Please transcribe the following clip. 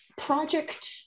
Project